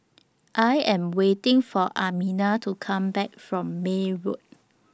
I Am waiting For Almina to Come Back from May Road